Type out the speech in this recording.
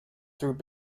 through